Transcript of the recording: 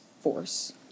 force